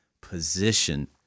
position